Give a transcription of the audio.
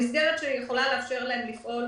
המסגרת שיכולה לאפשר להם לפעול,